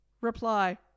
Reply